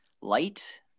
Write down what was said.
light